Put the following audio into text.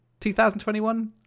2021